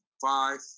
Five